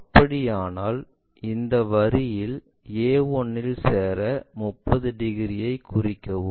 அப்படியானால் இந்த வரியில் a1 இல் சேர 30 டிகிரியை குறிக்கவும்